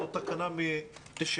זו תקנה מ-96'.